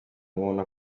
umuntu